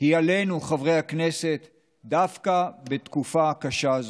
היא עלינו, חברי הכנסת, דווקא בתקופה הקשה הזאת.